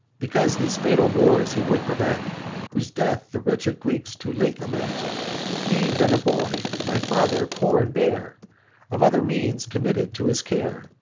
because these fatal wars he would prevent whose death the wretched greeks too late lament me, then a boy, my father, poor and bare of other means, committed to his care,